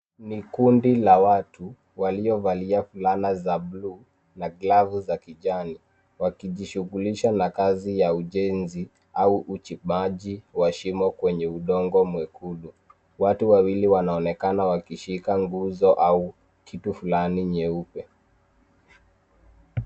Ni kundi la watu waliovalia fulana za buluu na glavu za kijani, wakijishughulisha na kazi ya ujenzi au uchimbaji wa shimo kwenye udongo mwekundu. Watu hao wanaonekana wakishikilia kifaa au kitu fulani cheupe.